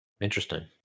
Interesting